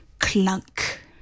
clunk